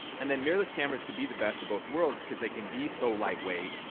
and then mirrorless cameras can be the best of both worlds cause they can be so lightweight,